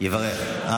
אה.